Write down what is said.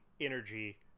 energy